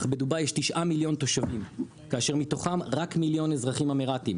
אך בדובאי יש תשעה מיליון תושבים כאשר מתוכם רק מיליון אזרחים אמירתים